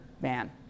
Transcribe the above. man